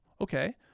Okay